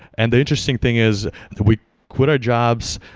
and the interesting thing is we quit our jobs,